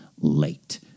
late